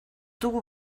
dugu